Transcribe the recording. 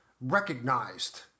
recognized